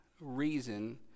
reason